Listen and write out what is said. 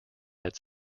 its